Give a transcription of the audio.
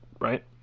Right